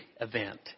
event